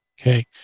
okay